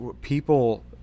people